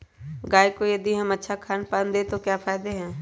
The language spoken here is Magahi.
गाय को यदि हम अच्छा खानपान दें तो क्या फायदे हैं?